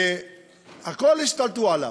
הכול השתלטו עליו,